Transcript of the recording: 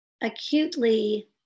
acutely